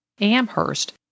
Amherst